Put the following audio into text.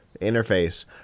interface